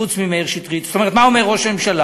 חוץ ממאיר שטרית, זאת אומרת, מה אומר ראש הממשלה,